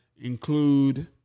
include